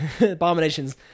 Abominations